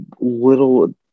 little